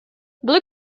blue